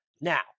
Now